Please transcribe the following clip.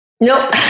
Nope